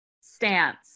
stance